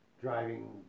driving